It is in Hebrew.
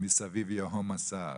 שמסביב יהום הסער.